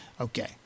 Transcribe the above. Okay